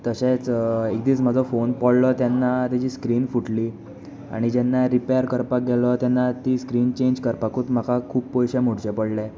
तशेंच एक दीस म्हाजो फोन पडलो तेन्ना ताजी स्क्रीन फुटली आनी जेन्ना रिपॅर करपाक गेलो तेन्ना ती स्क्रीन चेंज करपाकूच म्हाका खूब पयशे मोडचे पडले